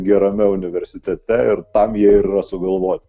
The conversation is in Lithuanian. gerame universitete ir tam jie ir yra sugalvoti